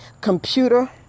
computer